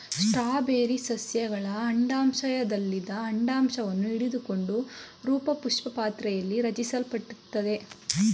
strawberry ಸಸ್ಯಗಳ ಅಂಡಾಶಯದಲ್ಲದೆ ಅಂಡಾಶವನ್ನು ಹಿಡಿದುಕೊಂಡಿರೋಪುಷ್ಪಪಾತ್ರೆಲಿ ರಚಿಸಲ್ಪಟ್ಟಿರ್ತದೆ